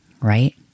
right